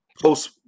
post